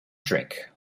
drink